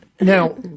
Now